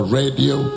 radio